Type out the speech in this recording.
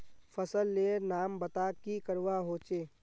फसल लेर नाम बता की करवा होचे?